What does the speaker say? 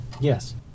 Yes